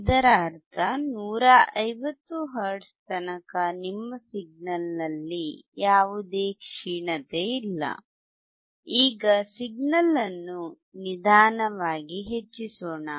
ಇದರರ್ಥ 150 ಹರ್ಟ್ಜ್ ತನಕ ನಿಮ್ಮ ಸಿಗ್ನಲ್ನಲ್ಲಿ ಯಾವುದೇ ಕ್ಷೀಣತೆ ಇಲ್ಲ ಈಗ ಸಿಗ್ನಲ್ ಅನ್ನು ನಿಧಾನವಾಗಿ ಹೆಚ್ಚಿಸೋಣ